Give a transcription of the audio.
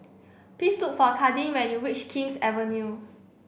please look for Kadin when you reach King's Avenue